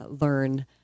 learn